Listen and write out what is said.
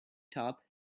top